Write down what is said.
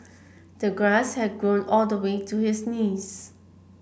the grass had grown all the way to his knees